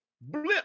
blip